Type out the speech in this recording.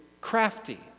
crafty